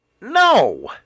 No